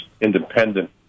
independent